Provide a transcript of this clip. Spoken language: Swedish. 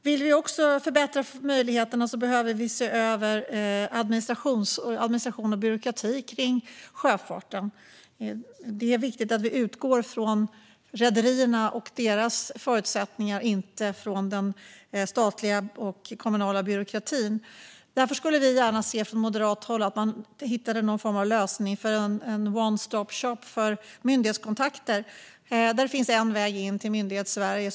För att förbättra möjligheterna för sjöfarten bör vi också se över administration och byråkrati. Det är viktigt att vi utgår från rederierna och deras förutsättningar, inte från den statliga och kommunala byråkratin. Därför skulle vi från moderat håll gärna se att man hittade en lösning i form av en one-stop-shop för myndighetskontakter med en väg in till Myndighetssverige.